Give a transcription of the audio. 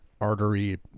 artery